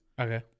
okay